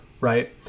right